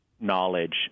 knowledge